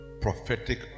prophetic